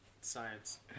Science